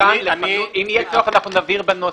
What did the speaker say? אם יהיה צורך, נבהיר בנוסח.